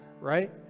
right